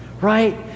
right